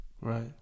Right